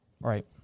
Right